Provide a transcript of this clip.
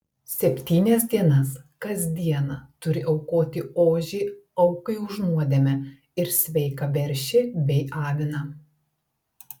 septynias dienas kas dieną turi aukoti ožį aukai už nuodėmę ir sveiką veršį bei aviną